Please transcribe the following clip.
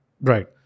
Right